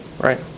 right